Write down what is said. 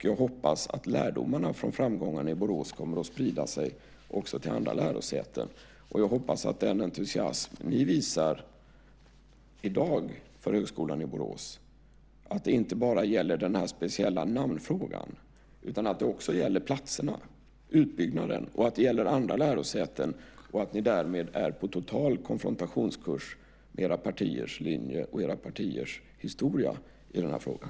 Jag hoppas att lärdomarna från framgångarna i Borås sprider sig också till andra lärosäten. Jag hoppas att den entusiasm för Högskolan i Borås som ni visar i dag inte bara gäller den speciella namnfrågan utan också gäller platserna, utbyggnaden och andra lärosäten och att ni därmed är på total konfrontationskurs med era partiers linje och era partiers historia i den här frågan.